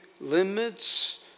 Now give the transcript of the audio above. limits